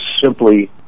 simply